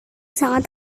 sangat